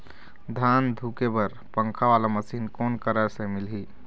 धान धुके बर पंखा वाला मशीन कोन करा से मिलही?